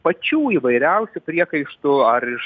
pačių įvairiausių priekaištų ar iš